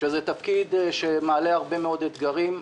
שזה תפקיד שמעלה הרבה מאוד אתגרים,